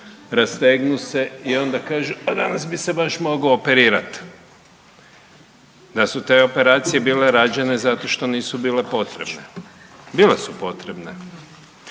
rastegnu se i onda kažu pa danas bi se baš mogao operirati, da su te operacije bile rađene zato što nisu bile potrebne. Bile su potrebne